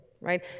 right